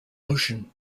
ocean